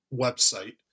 website